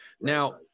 Now